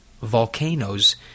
Volcanoes